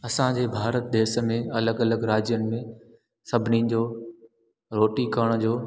असांजे भारत देश में अलॻि अलॻि राज्यनि में सभिनिनि जो रोटी करण जो